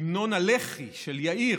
המנון הלח"י של יאיר,